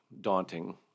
daunting